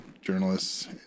journalists